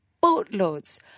boatloads